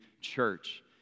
church